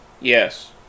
Yes